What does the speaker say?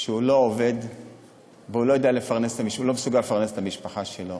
שהוא לא עובד והוא לא מסוגל לפרנס את המשפחה שלו.